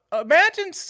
imagine –